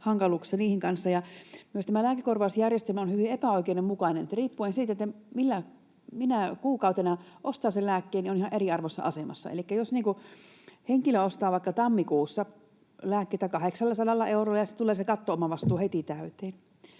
hankaluuksissa niiden kanssa. Tämä lääkekorvausjärjestelmä on myös hyvin epäoikeudenmukainen: riippuen siitä, minä kuukautena ostaa sen lääkkeen, on ihan eriarvoisessa asemassa. Elikkä jos henkilö ostaa vaikka tammikuussa lääkkeitä 800 eurolla ja sitten tulee se katto-omavastuu heti täyteen,